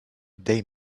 they